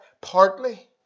Partly